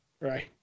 Right